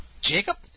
Jacob